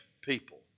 people